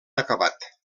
acabat